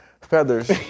feathers